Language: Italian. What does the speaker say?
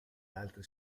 altri